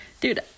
dude